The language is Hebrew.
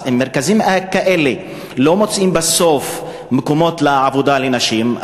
אז אם מרכזים כאלה לא מוצאים בסוף מקומות עבודה לנשים,